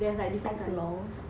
oblong